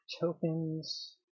tokens